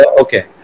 Okay